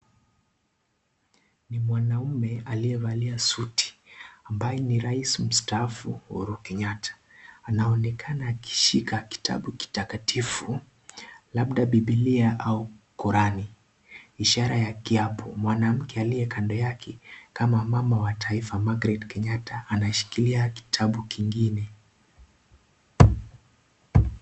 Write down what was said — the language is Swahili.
Ni mwanaume alievalia suti ambaye ni Rais msitaafu Uhuru Kenyatta anaonekana akishika kitabu kitakatifu labda bibilia au koraani ishara ya kiapo, mwanamke aliye kando yake kama mama wa taifa Magret Kenyatta ameshikilia kitabu kingine.